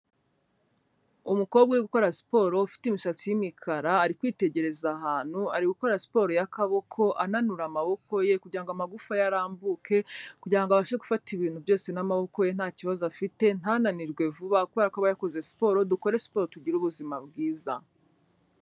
Umukobwa urigukora siporo, ufite imishatsi y'imikara, ari kwitegereza ahantu, ari gukora siporo y'akaboko, ananura amaboko ye kugira ngo amagufa ye arambuke, kugira ngo abashe gufata ibintu byose n'amaboko ye nta kibazo afite, ntananirwe vuba, kubera ko aba yakoze siporo, dukore siporo tugire ubuzima bwiza.